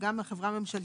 וגם החברה הממשלתית,